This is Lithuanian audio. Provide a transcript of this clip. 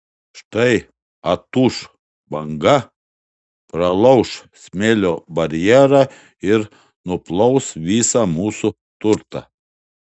štai atūš banga pralauš smėlio barjerą ir nuplaus visą mūsų turtą